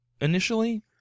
initially